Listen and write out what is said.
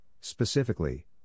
specifically